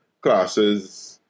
classes